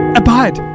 abide